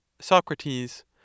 Socrates